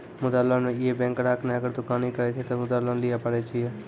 मुद्रा लोन ये बैंक ग्राहक ने अगर दुकानी करे छै ते मुद्रा लोन लिए पारे छेयै?